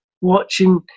watching